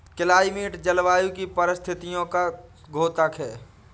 climate जलवायु की परिस्थितियों का द्योतक है